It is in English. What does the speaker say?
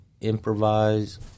Improvise